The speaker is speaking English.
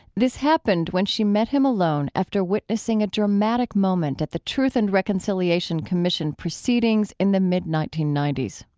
this happened when she met him alone after witnessing a dramatic moment at the truth and reconciliation commission proceedings in the mid nineteen ninety s.